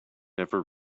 ever